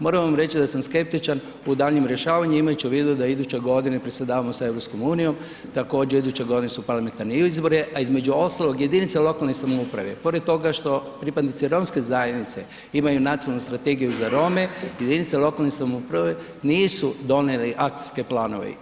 Moram vam reći da sam skeptičan u daljnjem rješavanju imajući u vidu da iduće godine predsjedavamo sa EU, također iduće godine su parlamentarni izbori, a između ostalog jedinice lokalne samouprave pored toga što pripadnici romske zajednice imaju Nacionalnu strategiju za Rome, jedinice lokalne samouprave nisu donijele akcijske planove.